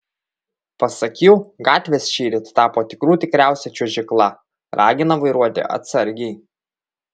pasak jų gatvės šįryt tapo tikrų tikriausia čiuožykla ragina vairuoti atsargiai